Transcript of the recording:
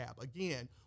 Again